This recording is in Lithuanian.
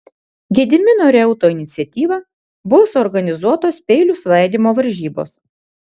gedimino reuto iniciatyva buvo suorganizuotos peilių svaidymo varžybos